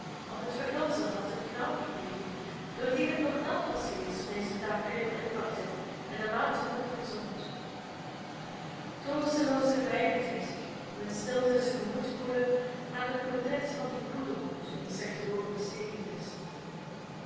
want het verguldsel had een knauw gekregen doordien het nog nat was geweest toen hij zijn tafereel inpakte en een maand te vroeg verzond troosteloos verwijdert hij zich om in stilte zijn gemoed te koelen aan het portret van dien poedelhond wiens rechteroor misteekend is